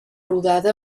rodada